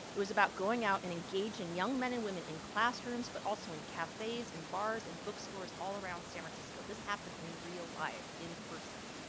it was about going out and engaging young men and women in classrooms, but also in cafes and bars and bookstores all around san francisco. this happened in real life in person,